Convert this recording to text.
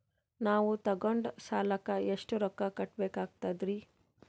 ನಾವು ತೊಗೊಂಡ ಸಾಲಕ್ಕ ಎಷ್ಟು ರೊಕ್ಕ ಕಟ್ಟಬೇಕಾಗ್ತದ್ರೀ?